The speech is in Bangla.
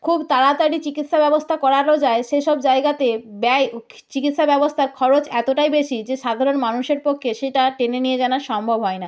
খুব তাড়াতাড়ি চিকিৎসা ব্যবস্থা করানো যায় সেসব জায়গাতে ব্যয় চিকিৎসা ব্যবস্থা খরচ এতটাই বেশি যে সাধারণ মানুষের পক্ষে সেটা টেনে নিয়ে জানা সম্ভব হয় না